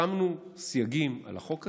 שמנו סייגים על החוק הזה,